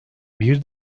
bir